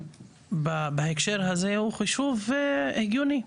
בהקשר הזה הוא חישוב הגיוני.